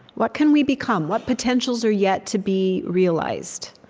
what can we become? what potentials are yet to be realized?